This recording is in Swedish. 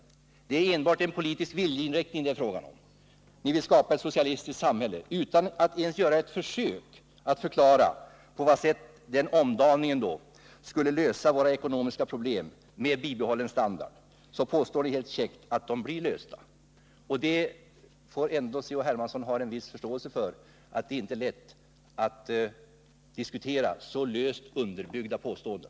Det är enbart fråga om en politisk viljeinriktning: ni vill skapa ett socialistiskt samhälle. Utan att ens göra ett försök att förklara på vad sätt den omdaningen skulle lösa våra ekonomiska problem med bibehållen standard påstår ni helt käckt att de blir lösta. Carl-Henrik Hermansson får ändå ha en viss förståelse för att det inte är lätt att diskutera så löst underbyggda påståenden.